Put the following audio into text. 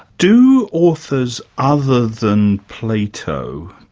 do authors other than plato